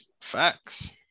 Facts